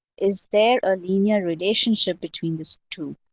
is there a linear relationship between these two?